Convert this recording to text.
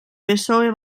psoe